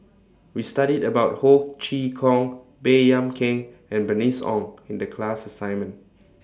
We studied about Ho Chee Kong Baey Yam Keng and Bernice Ong in The class assignment